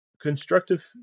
constructive